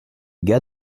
gars